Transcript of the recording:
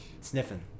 sniffing